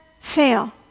fail